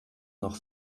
noch